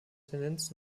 tendenz